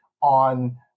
on